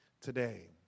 today